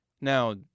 Now